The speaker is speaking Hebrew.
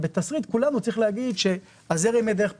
צריך להגיד שהזרם יהיה דרך פולין.